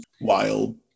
wild